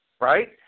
right